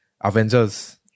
Avengers